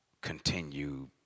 continue